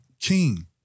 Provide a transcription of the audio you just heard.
king